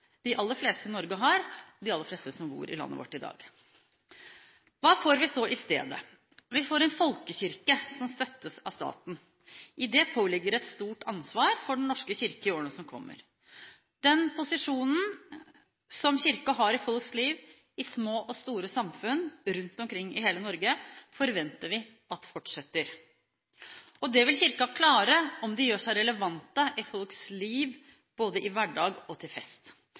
de aller fleste som bor i Norge i dag, har. Hva får vi så i stedet? Vi får en folkekirke som støttes av staten. I det ligger det et stort ansvar for Den norske kirke i årene som kommer. Den posisjonen som Kirken har i folks liv, i små og store samfunn rundt omkring i hele Norge, forventer vi fortsetter. Det vil Kirken klare om den gjør seg relevant i folks liv, i både hverdag og til fest.